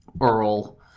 Earl